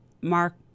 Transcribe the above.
Mark